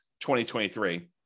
2023